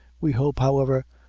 we hope, however,